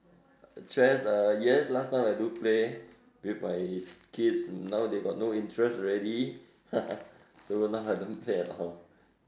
chess uh yes last time I do play with my kids now they got no interest already so now I don't play at all